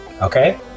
Okay